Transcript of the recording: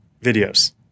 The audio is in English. Videos